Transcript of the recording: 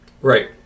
Right